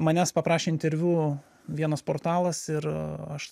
manęs paprašė interviu vienas portalas ir aš